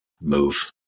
move